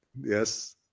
Yes